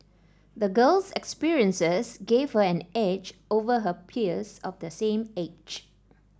the girl's experiences gave her an edge over her peers of the same age